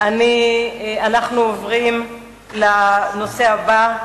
אנחנו עוברים לנושא הבא.